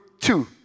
two